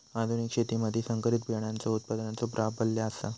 आधुनिक शेतीमधि संकरित बियाणांचो उत्पादनाचो प्राबल्य आसा